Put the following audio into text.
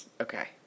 okay